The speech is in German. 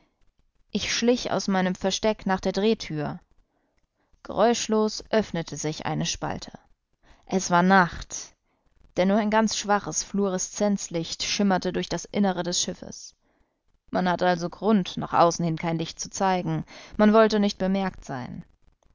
ich schlich aus meinem versteck nach der drehtür geräuschlos öffnete sich eine spalte es war nacht denn nur ein ganz schwaches fluoreszenzlicht schimmerte durch das innere des schiffes man hatte also grund nach außen hin kein licht zu zeigen man wollte nicht bemerkt sein